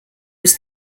was